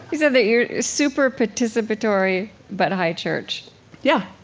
you said that you're super participatory, but high church yeah,